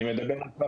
אני מדבר על התקופה